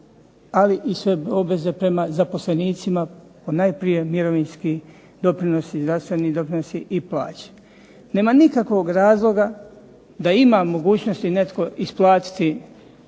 ali i sve obveze prema zaposlenicima, najprije mirovinski doprinosi, zdravstveni doprinosi i plaće. Nema nikakvog razloga da ima mogućnosti netko isplatiti